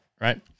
right